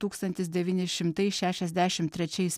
tūkstantis devyni šimtai šešiasdešimt trečiais